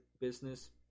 business